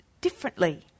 differently